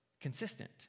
consistent